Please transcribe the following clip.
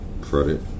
credit